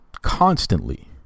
Constantly